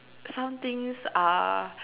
some things are